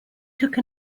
took